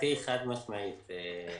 נדהם שעד היום לא צלצלו בפעמונים.